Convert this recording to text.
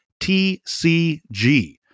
TCG